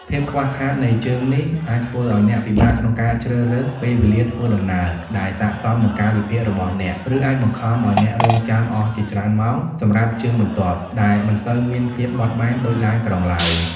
ភាពខ្វះខាតនៃជើងនេះ អាចធ្វើឱ្យអ្នកពិបាកក្នុងការជ្រើសរើសពេលវេលាធ្វើដំណើរ ដែលស័ក្តិសមនឹងកាលវិភាគរបស់អ្នក ឬអាចបង្ខំឱ្យអ្នករង់ចាំអស់ជាច្រើនម៉ោងសម្រាប់ជើងបន្ទាប់ ដែលមិនសូវមានភាពបត់បែនដូចឡានក្រុងឡើយ។